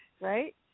right